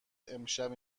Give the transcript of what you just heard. امشب